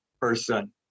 person